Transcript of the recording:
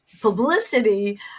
publicity